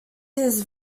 his